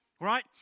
right